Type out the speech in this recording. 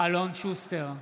אלון שוסטר,